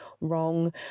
wrong